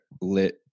lit